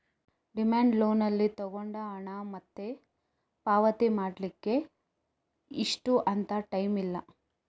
demand loan ಅಲ್ಲಿ ತಗೊಂಡ ಹಣ ಮತ್ತೆ ಪಾವತಿ ಮಾಡ್ಲಿಕ್ಕೆ ಇಷ್ಟು ಅಂತ ಟೈಮ್ ಇಲ್ಲ